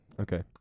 Okay